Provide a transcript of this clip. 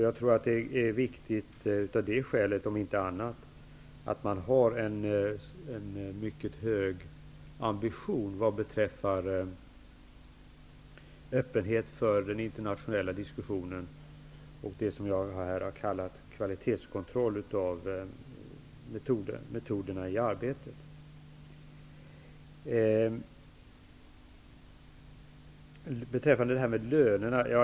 Jag tror att det därför är viktigt att ha en hög ambition beträffande öppenhet för den internationella diskussionen och kvalitetskontroll av arbetsmetoderna. Vidare har vi frågan om lönerna.